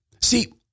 See